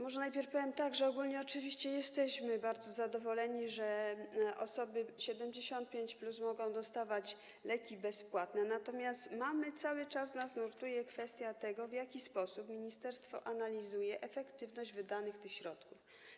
Może najpierw powiem, że ogólnie oczywiście jesteśmy bardzo zadowoleni, że osoby 75+ mogą dostawać bezpłatne leki, natomiast cały czas nurtuje nas kwestia tego, w jaki sposób ministerstwo analizuje efektywność wydanych środków.